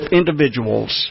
individuals